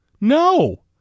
No